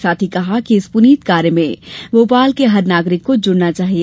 साथ ही कहा कि इस प्रनीत कार्य में भोपाल के हर नागरिक को जुड़ना चाहिए